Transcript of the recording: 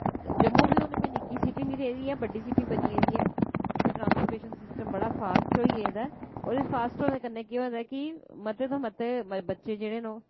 जम्मू बी हून कोई निक्की सिटी निं रेह्दी ऐ बड्डी सिटी बनी गेदी ऐ इत्थै ट्रांसपोर्टेशन सिस्टम बड़ा फास्ट होई गेदा ऐ और फास्ट होने कन्नै केह् होए दा कि मते शा मते बच्चे जेह्ड़े न ओह्